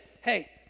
hey